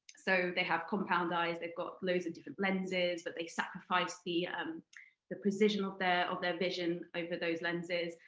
so they have compound eyes. they've got loads of different lenses. but they sacrifice the um the precision of their of their vision over those lenses.